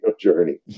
journey